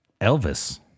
Elvis